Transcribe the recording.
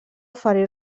oferí